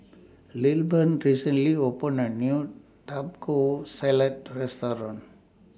Lilburn recently opened A New Taco Salad Restaurant